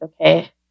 okay